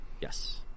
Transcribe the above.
Yes